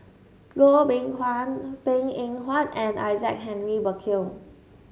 Goh Beng Kwan Png Eng Huat and Isaac Henry Burkill